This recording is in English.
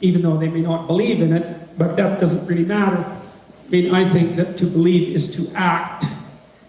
even though they may not believe in it, but that doesn't really matter, being i think that to believe is to act